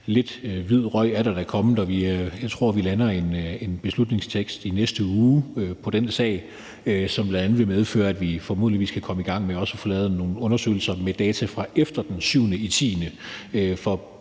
Lidt hvid røg er der da kommet, og jeg tror, vi lander en beslutningstekst i næste uge i den sag, som bl.a. vil medføre, at vi formodentlig kan komme i gang med også at få lavet nogle undersøgelser med data fra efter den 7.10.